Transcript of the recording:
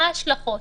מה ההשלכות,